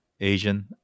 Asian